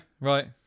Right